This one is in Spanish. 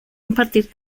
impartir